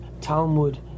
Talmud